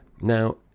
Now